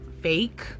fake